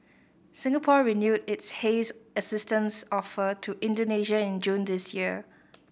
Singapore renewed its haze assistance offer to Indonesia in June this year